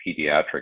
pediatric